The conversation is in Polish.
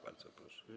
Bardzo proszę.